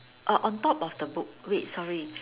orh on top of the book wait sorry